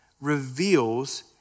reveals